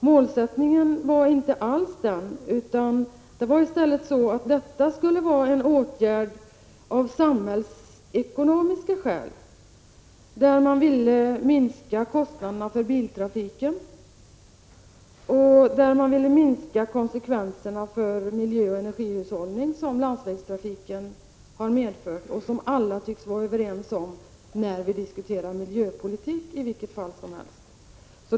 Målsättningen var inte alls den, utan detta skulle i stället vara en åtgärd av samhällsekonomiska skäl för att minska kostnaderna för biltrafiken och mildra de konsekvenser för miljöoch energihushållning som landsvägstrafiken har fått och som alla tycks vara överens om, i varje fall när vi diskuterar miljöpolitik.